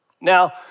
Now